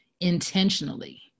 intentionally